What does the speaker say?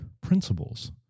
principles